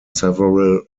several